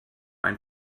ein